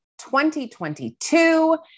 2022